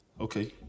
Okay